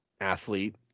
athlete